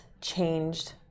changed